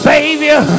Savior